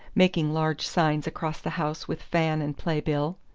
making large signs across the house with fan and play-bill.